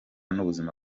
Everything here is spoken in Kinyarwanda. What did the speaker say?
ubuzima